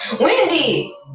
Wendy